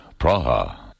Praha